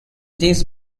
these